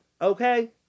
Okay